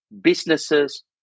businesses